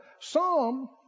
psalm